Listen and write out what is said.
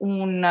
un